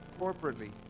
corporately